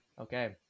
Okay